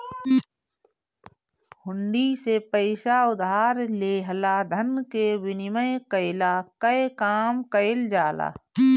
हुंडी से पईसा उधार लेहला धन के विनिमय कईला कअ काम कईल जाला